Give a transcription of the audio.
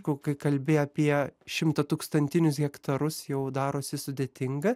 kai kalbi apie šimtatūkstantinius hektarus jau darosi sudėtinga